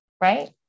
right